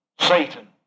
Satan